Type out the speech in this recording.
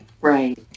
right